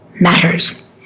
matters